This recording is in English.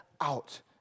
out